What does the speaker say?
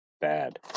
bad